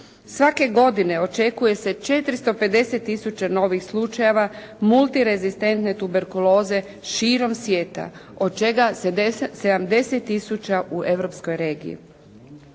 Svake godine očekuje se 450 tisuća novih slučajeva multirezistentne tuberkuloze širom svijeta od čega 70 tisuća u Europskoj regiji.